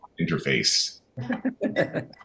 interface